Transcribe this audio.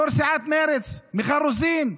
יו"ר סיעת מרצ מיכל רוזין,